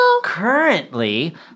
currently